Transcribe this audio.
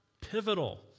pivotal